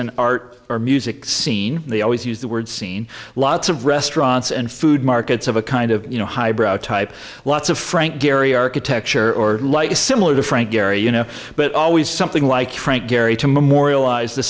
an art or music scene they always use the word seen lots of restaurants and food markets of a kind of you know high brow type lots of frank gehry architecture or like is similar to frank gehry you know but always something like frank gehry to memorialize the